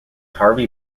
harvey